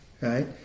right